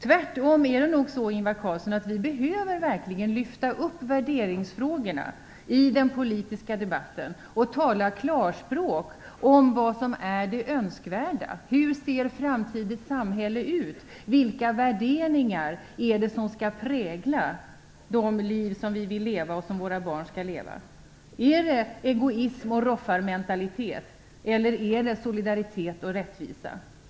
Tvärtom behöver vi verkligen lyfta upp värderingsfrågorna i den politiska debatten och tala klarspråk om vad som är det önskvärda: Hur ser framtidens samhälle ut, vilka värderingar är det som skall prägla de liv som vi och våra barn skall leva? Är det egoism och roffarmentalitet, eller är det solidaritet och rättvisa?